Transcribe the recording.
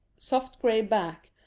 soft gray back,